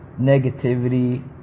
negativity